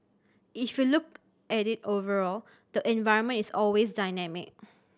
if you look at it overall the environment is always dynamic